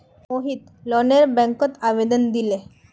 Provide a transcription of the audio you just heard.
मोहित लोनेर बैंकत आवेदन दिले